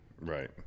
Right